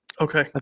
Okay